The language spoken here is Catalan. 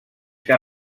que